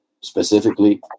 specifically